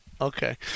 Okay